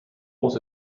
was